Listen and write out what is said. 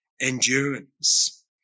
endurance